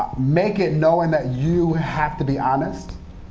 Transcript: make it knowing that you have to be honest,